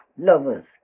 lovers